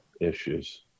issues